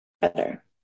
Better